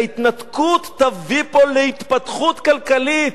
ההתנתקות תביא פה להתפתחות כלכלית.